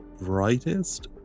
brightest